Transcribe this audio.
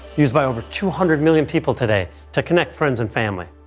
used by over two hundred million people today to connect friends and family.